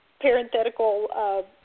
parenthetical